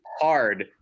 hard